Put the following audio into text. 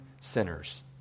sinners